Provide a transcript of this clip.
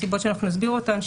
מסיבות שאנחנו נסביר אותן,